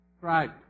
right